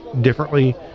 differently